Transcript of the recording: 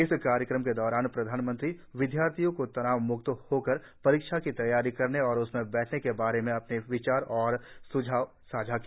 इस कार्यक्रम के दौरान प्रधानमंत्री विद्यार्थियों को तनाव म्क्त होकर परीक्षा की तैयारी करने और उसमें बैठने के बारे में अपने विचार और सुझाव साझा की